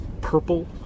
purple